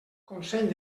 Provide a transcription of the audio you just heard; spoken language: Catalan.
consell